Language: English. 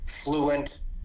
fluent